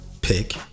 pick